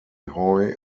hoy